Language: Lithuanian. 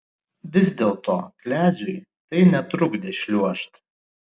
vis dėlto kleziui tai netrukdė šliuožt